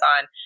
on